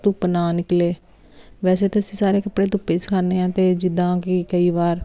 ਧੁੱਪ ਨਾ ਨਿਕਲੇ ਵੈਸੇ ਤਾਂ ਅਸੀਂ ਸਾਰੇ ਕੱਪੜੇ ਧੁੱਪੇ ਸਕਾਨੇ ਹਾਂ ਅਤੇ ਜਿੱਦਾਂ ਕਿ ਕਈ ਵਾਰ